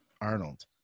Arnold